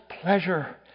pleasure